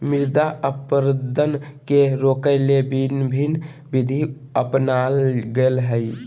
मृदा अपरदन के रोकय ले भिन्न भिन्न विधि अपनाल गेल हइ